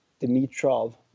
Dimitrov